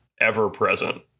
ever-present